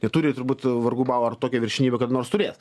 neturi turbūt vargu bau ar tokią viršenybę kad nors turės